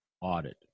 audit